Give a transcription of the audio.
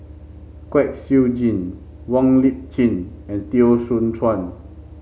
Kwek Siew Jin Wong Lip Chin and Teo Soon Chuan